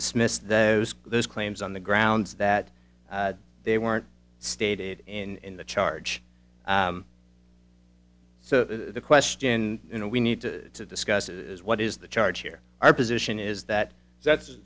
dismissed those those claims on the grounds that they weren't stated in the charge so the question you know we need to discuss is what is the charge here our position is that that's